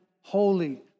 holy